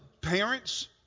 parents